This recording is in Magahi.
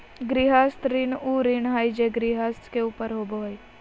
गृहस्थ ऋण उ ऋण हइ जे गृहस्थ के ऊपर होबो हइ